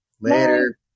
later